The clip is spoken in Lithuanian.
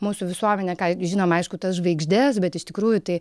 mūsų visuomenė ką žinome aišku tas žvaigždes bet iš tikrųjų tai